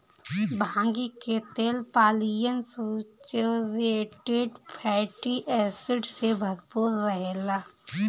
भांगी के तेल पालियन सैचुरेटेड फैटी एसिड से भरपूर रहेला